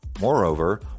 Moreover